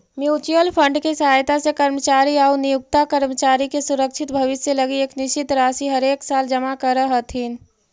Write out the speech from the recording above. mutual fund के सहायता से कर्मचारी आउ नियोक्ता कर्मचारी के सुरक्षित भविष्य लगी एक निश्चित राशि हरेकसाल जमा करऽ हथिन